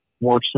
more